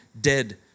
dead